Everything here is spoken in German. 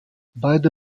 beide